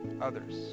others